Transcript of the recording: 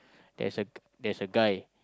there's a g~ there's a guy